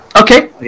Okay